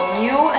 new